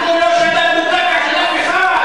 אנחנו לא שדדנו קרקע של אף אחד,